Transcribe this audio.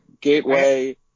Gateway